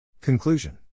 Conclusion